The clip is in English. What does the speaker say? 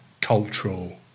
cultural